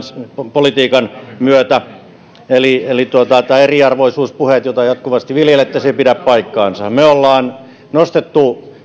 politiikan myötä eli eli nämä eriarvioisuuspuheet joita jatkuvasti viljelette eivät pidä paikkaansa me olemme nostaneet